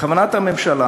בכוונת הממשלה,